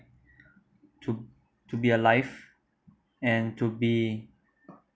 to to be alive and to be